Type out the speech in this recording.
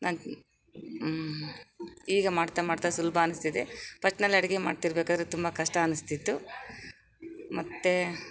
ನಾನು ಈಗ ಮಾಡ್ತ ಮಾಡ್ತ ಸುಲಭ ಅನಿಸ್ತಿದೆ ಫಸ್ಟ್ನಲ್ಲಿ ಅಡಿಗೆ ಮಾಡ್ತಿರಬೇಕಾರೆ ತುಂಬ ಕಷ್ಟ ಅನಿಸ್ತಿತ್ತು ಮತ್ತು